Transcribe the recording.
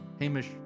Hamish